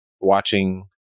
watching